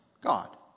God